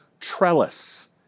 trellis